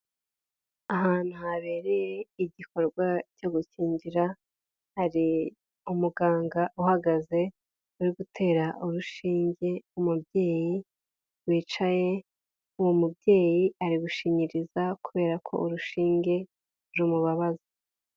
Ahantu habereye igikorwa cyo gukingira, hari umuganga uhagaze uri gutera urushinge umubyeyi wicaye, uwo mubyeyi ari gushinyiriza kubera ko urushinge rumubabaza.